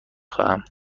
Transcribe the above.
خواهم